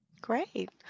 Great